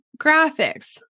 graphics